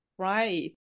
right